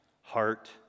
heart